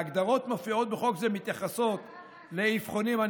ההגדרות מופיעות בחוק זה מתייחסות לאבחונים, מה?